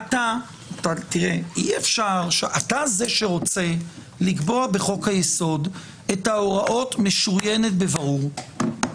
אתה זה שרוצה לקבוע בחוק היסוד את ההוראות "משוריינת בבירור".